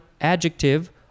adjective